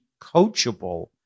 coachable